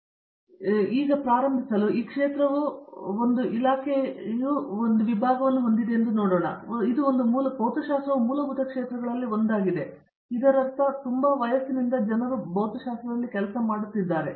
ಆದ್ದರಿಂದ ಕೇವಲ ಜೊತೆ ಪ್ರಾರಂಭಿಸಲು ಒಂದು ಕ್ಷೇತ್ರವು ಒಂದು ಇಲಾಖೆಯು ವಿಭಾಗವನ್ನು ಹೊಂದಿದೆ ಎಂದು ನೋಡಿ ಇದು ಒಂದು ಮೂಲಭೂತ ಕ್ಷೇತ್ರಗಳಲ್ಲಿ ಒಂದಾಗಿದೆ ಮತ್ತು ಇದರರ್ಥ ವಯಸ್ಸಿನ ಜನರು ಭೌತಶಾಸ್ತ್ರದಲ್ಲಿ ಕೆಲಸ ಮಾಡುತ್ತಿದ್ದಾರೆಂದು ನನ್ನ ಅರ್ಥ